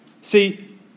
see